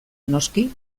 noski